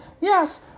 Yes